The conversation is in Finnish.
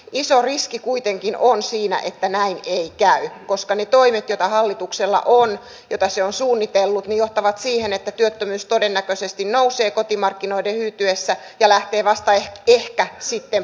iso riski kuitenkin on siinä että näin ei käy koska ne toimet joita tämä on yksi savotta johon meidän pitää pystyä ministeriön ja lähti vasta ehtii ehkä sitten